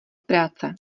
práce